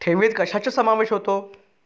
ठेवीत कशाचा समावेश होतो?